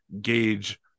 gauge